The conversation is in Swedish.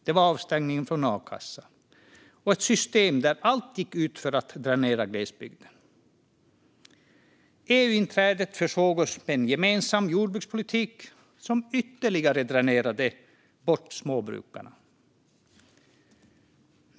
Det handlade om avstängning från a-kassan och ett system där allt gick ut på att dränera glesbygden. EU-inträdet försåg oss med en gemensam jordbrukspolitik som ytterligare dränerade bort småbrukarna.